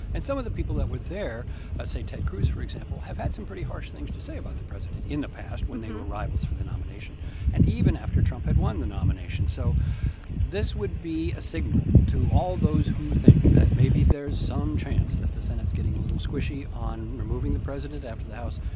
and some of the people that were there ah say, ted cruz, for example have had some pretty harsh things to say about the president in the past when they were rivals for the nomination and even after trump had won the nomination. so this would be a signal to all those who think that maybe there is some chance that the senate's getting a little squishy on removing the president after the house,